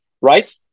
Right